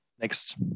next